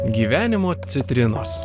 gyvenimo citrinos